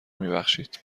میبخشید